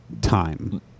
time